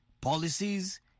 policies